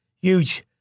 huge